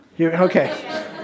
Okay